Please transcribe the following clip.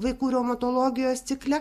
vaikų reumatologijos cikle